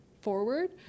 forward